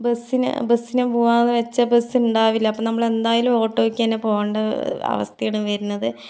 ബസ്സിന് ബസ്സിന് പോകാമെന്ന് വെച്ചാൽ ബസ്സ് ഉണ്ടാകില്ല അപ്പോൾ നമ്മള് എന്തായാലും ഓട്ടോയ്ക്ക് തന്നെ പോകണ്ട അവസ്ഥയാണ് വരുന്നത്